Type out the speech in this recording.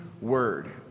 word